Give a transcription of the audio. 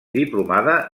diplomada